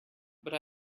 but